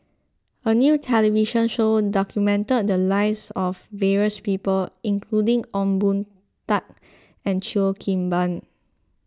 a new television show documented the lives of various people including Ong Boon Tat and Cheo Kim Ban